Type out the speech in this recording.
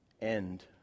end